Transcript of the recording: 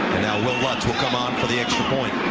now wil will come on for the extra point.